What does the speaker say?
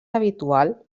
habitual